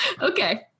Okay